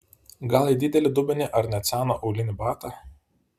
gal į didelį dubenį ar net seną aulinį batą